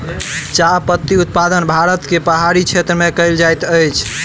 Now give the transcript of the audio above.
चाह पत्ती उत्पादन भारत के पहाड़ी क्षेत्र में कयल जाइत अछि